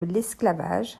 l’esclavage